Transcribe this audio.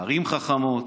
ערים חכמות,